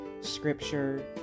scripture